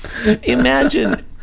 Imagine